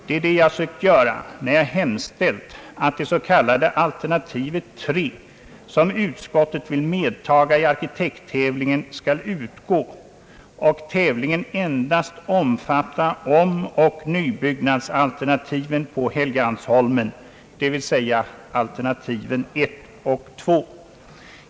Det är det jag sökt göra när jag hemställt att det s.k. alternativ 3, som utskottet vill medtaga i arkitekttävlingen, skall utgå och att tävlingen endast skall omfatta omoch nybyggnadsalternativen på Helgeandsholmen, dvs. alternativen 1 och 2.